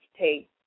take